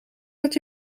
dat